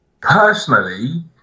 Personally